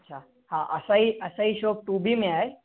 हा हा असांजीअसांजी शॉप टू बी में आहे